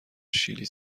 شیلی